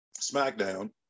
smackdown